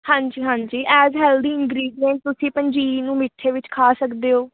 ਹਾਂਜੀ ਹਾਂਜੀ as healthy ingredient ਤੁਸੀਂ ਪੰਜੀਰੀ ਨੂੰ ਮਿੱਠੇ ਵਿੱਚ ਖਾ ਸਕਦੇ ਹੋ